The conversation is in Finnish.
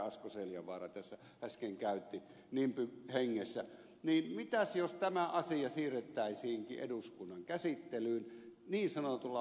asko seljavaara tässä äsken käytti nimby hengessä niin mitäs jos tämä asia siirrettäisiinkin eduskunnan käsittelyyn niin sanotulla valtakunnan kaavalla